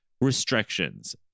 restrictions